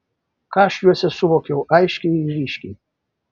ką aš juose suvokiau aiškiai ir ryškiai